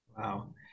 wow